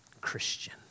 Christian